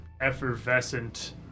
effervescent